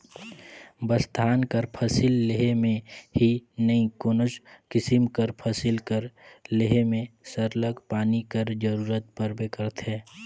बस धान कर फसिल लेहे में ही नई कोनोच किसिम कर फसिल कर लेहे में सरलग पानी कर जरूरत परबे करथे